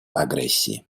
агрессии